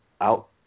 out